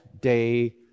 day